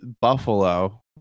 Buffalo